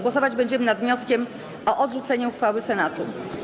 Głosować będziemy nad wnioskiem o odrzucenie uchwały Senatu.